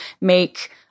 make—